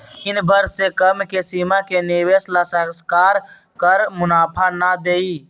तीन वर्ष से कम के सीमा के निवेश ला सरकार कर मुनाफा ना देई